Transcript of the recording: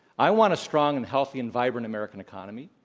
i want a strong and healthy and vibrant american economy.